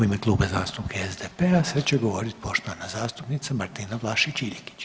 U ime kluba zastupnika SDP-a sad će govoriti poštovana zastupnica Martina Vlašić Iljkić.